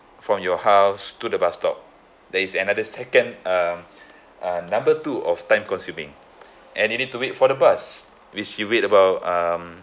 from your house to the bus stop there is another second uh uh number two of time consuming and you need to wait for the bus which you wait about um